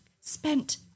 spent